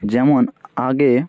যেমন আগে